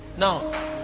Now